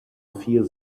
vier